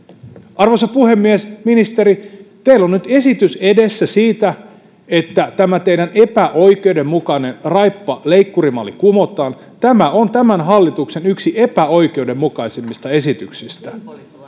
arvoisa puhemies ministeri teillä on nyt esitys edessä siitä että tämä teidän epäoikeudenmukainen raippa ja leikkurimallinne kumotaan tämä on yksi tämän hallituksen epäoikeudenmukaisimmista esityksistä